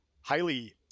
highly